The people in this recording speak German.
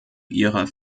ihrer